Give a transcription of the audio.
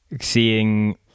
seeing